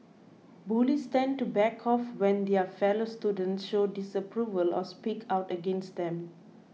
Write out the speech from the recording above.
bullies tend to back off when their fellow students show disapproval or speak out against them